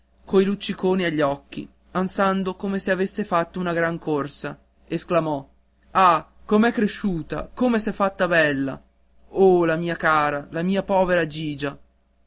coi lucciconi agli occhi ansando come se avesse fatto una gran corsa e sclamò ah com'è cresciuta come s'è fatta bella oh la mia cara la mia povera gigia